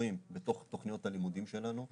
הכישורים בתוך תכניות הלימודים שלנו.